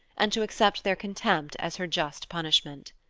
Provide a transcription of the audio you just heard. and to accept their contempt as her just punishment.